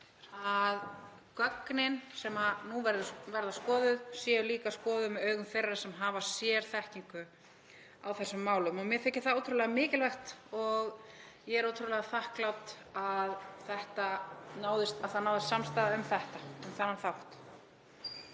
að gögnin sem nú verða skoðuð séu líka skoðuð með augum þeirra sem hafa sérþekkingu á þessum málum. Mér þykir það ótrúlega mikilvægt og ég er ótrúlega þakklát að samstaða náðist um þennan þátt.